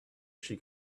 she